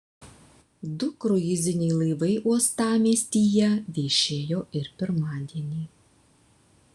du kruiziniai laivai uostamiestyje viešėjo ir pirmadienį